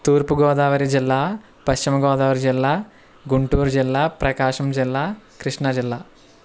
తూర్పుగోదావరి జిల్లా పశ్చిమగోదావరి జిల్లా గుంటూరు జిల్లా ప్రకాశం జిల్లా కృష్ణాజిల్లా